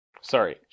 Sorry